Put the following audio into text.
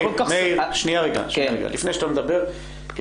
יש לי